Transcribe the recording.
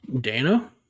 Dana